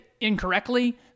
incorrectly